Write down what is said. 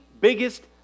biggest